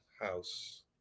house